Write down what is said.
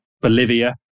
Bolivia